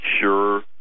sure